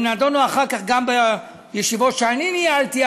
הם נדונו אחר כך גם בישיבות שאני ניהלתי,